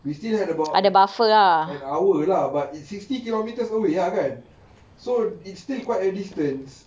we still had about at an hour lah but sixty kilometres away ya kan so it's still quite a distance